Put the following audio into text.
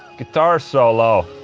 guitar solo